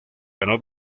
ganó